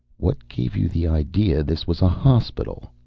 what gave you the idea this was a hospital?